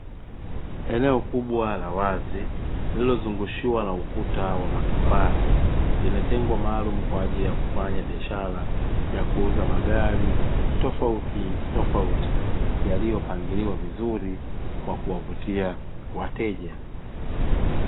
Eneo kubwa la wazi lililozungushiwa na ukuta wa matofali lililotengwa maalumu kwa ajili ya kufanya biashara ya kuuza magari tofautitofauti, yaliyopangiliwa vizuri kwa kuwavutia wateja.